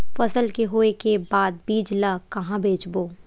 फसल के होय के बाद बीज ला कहां बेचबो?